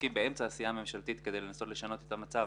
באמצע עשייה ממשלתית כדי לנסות לשנות את המצב.